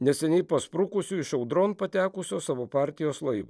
neseniai pasprukusiu iš audron patekusio savo partijos laivo